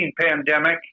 pandemic